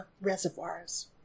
Reservoirs